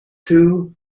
two